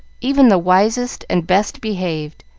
even the wisest and best behaved,